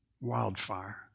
Wildfire